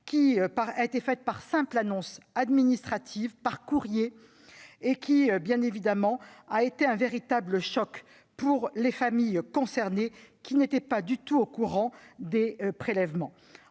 au moyen d'une simple annonce administrative, par courrier, ce qui a bien évidemment été un véritable choc pour les familles concernées, qui n'étaient pas du tout au courant des prélèvements.